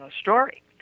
story